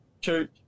church